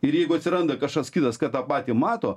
ir jeigu atsiranda kažkas kitas kad tą patį mato